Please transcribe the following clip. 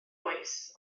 oes